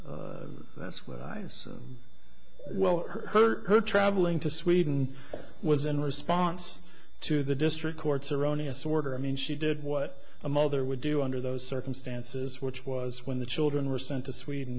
so that's where i assume well her traveling to sweden was in response to the district court's erroneous order i mean she did what a mother would do under those circumstances which was when the children were sent to sweden